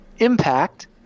impact